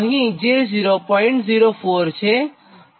અને અહીં j0